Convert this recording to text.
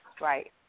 Right